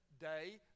day